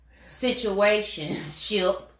situation-ship